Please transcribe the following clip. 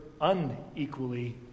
unequally